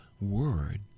word